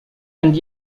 and